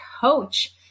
coach